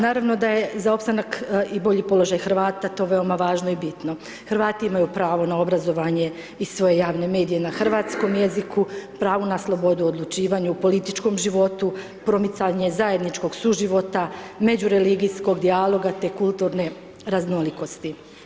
Naravno da je za opstanak i bolji položaj Hrvata to veoma važno i bitno, Hrvati imaju pravo na obrazovanje i svoje javne medije na hrvatskom jeziku, pravo na slobodu odlučivanja u političkom životu, promicanje zajedničkog suživota, međureligijskog dijaloga te kulturne raznolikosti.